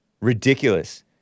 Ridiculous